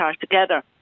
together